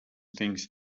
things